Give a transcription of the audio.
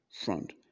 front